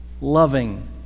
loving